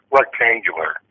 rectangular